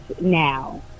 now